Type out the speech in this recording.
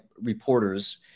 reporters